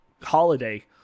holiday